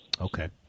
Okay